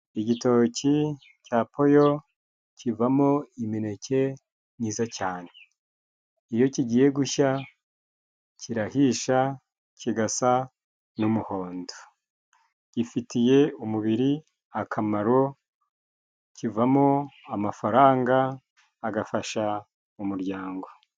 Igitoki cya poyo kivamo imineke myiza cyane. Iyo kigiye gushya, kirahisha kigasa n'umuhondo. Gifitiye umubiri akamaro, kivamo amafaranga agafasha mu muryango.